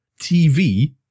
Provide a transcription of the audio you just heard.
TV